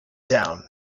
down